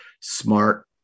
smart